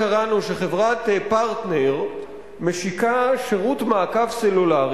קראנו שחברת "פרטנר" משיקה שירות מעקב סלולרי